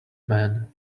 man